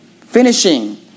Finishing